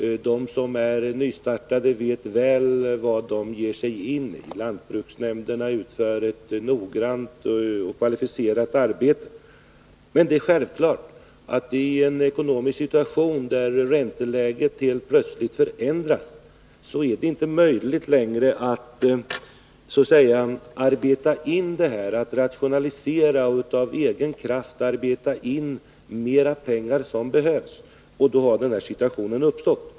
De som börjar vet mycket väl vad de ger sig in på. Lantbruksnämnderna utför ett noggrant och kvalificerat arbete. Men det är självklart att det i en ekonomisk situation då ränteläget helt plötsligt förändras inte längre är möjligt att så att säga arbeta in det här, att rationalisera och att av egen kraft få in de ytterligare pengar som behövs. Och då har den här situationen uppstått.